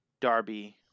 Darby